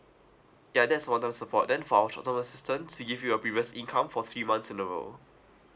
yeah that's long term support then for our short term assistance we give you your previous income for three months in a row